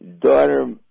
daughter